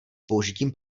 použitím